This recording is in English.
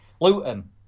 Luton